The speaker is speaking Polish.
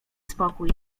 spokój